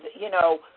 you know,